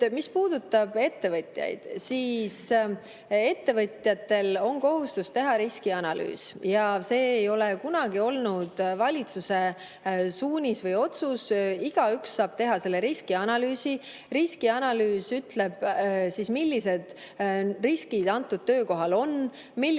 puudutab ettevõtjaid, siis ettevõtjatel on kohustus teha riskianalüüs. See ei ole kunagi olnud valitsuse suunis või otsus, igaüks saab teha riskianalüüsi. Riskianalüüs ütleb, millised riskid antud töökohal on, millist